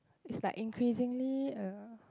is like increasingly uh